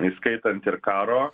įskaitant ir karo